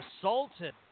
assaulted